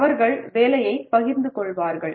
அவர்கள் வேலையைப் பகிர்ந்து கொள்வார்கள்